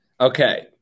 Okay